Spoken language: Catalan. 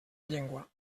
llengua